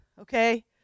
okay